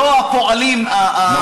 לא הפועלים שלהם,